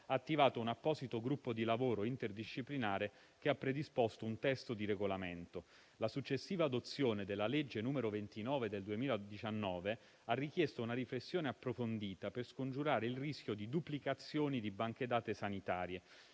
ha attivato un apposito gruppo di lavoro interdisciplinare che ha predisposto un testo di regolamento. La successiva adozione della legge n. 29 del 2019 ha richiesto una riflessione approfondita per scongiurare il rischio di duplicazioni di banche dati sanitarie.